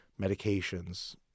medications